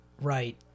Right